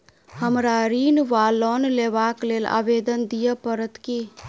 हमरा ऋण वा लोन लेबाक लेल आवेदन दिय पड़त की?